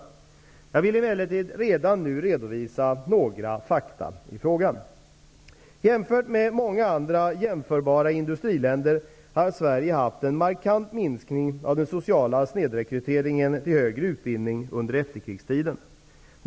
Jag vill emellertid redan nu redovisa några fakta i frågan. Jämfört med många andra jämförbara industriländer har Sverige haft en markant minskning av den sociala snedrekryteringen till högre utbildning under efterkrigstiden.